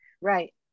Right